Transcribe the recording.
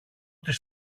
τις